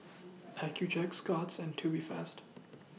Accucheck Scott's and Tubifast